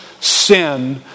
sin